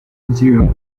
zero